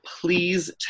please